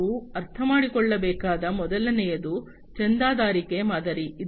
ನಾವು ಅರ್ಥಮಾಡಿಕೊಳ್ಳಬೇಕಾದ ಮೊದಲನೆಯದು ಚಂದಾದಾರಿಕೆ ಮಾದರಿ